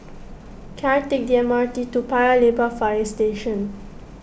can I take the M R T to Paya Lebar Fire Station